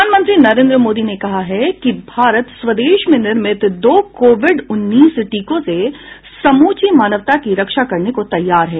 प्रधानमंत्री नरेन्द्र मोदी ने कहा है कि भारत स्वदेश में निर्मित दो कोविड उन्नीस टीकों से समूची मानवता की रक्षा करने को तैयार है